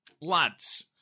lads